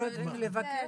הם לא יודעים לבקש,